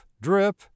drip